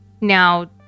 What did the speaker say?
Now